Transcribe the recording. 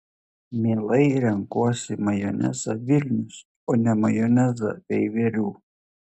mielai renkuosi majonezą vilnius o ne majonezą veiverių